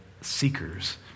seekers